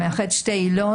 הוא מאחד שתי עילות.